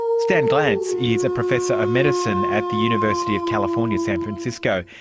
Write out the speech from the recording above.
stan glantz is a professor of medicine at the university of california, san francisco.